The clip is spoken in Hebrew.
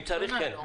אם צריך, כן.